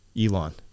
elon